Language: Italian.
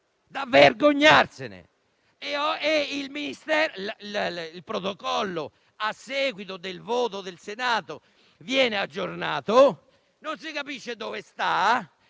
cosa vergognosa! Il protocollo, a seguito del voto del Senato, viene aggiornato, ma non si capisce dove stia.